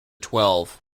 twelve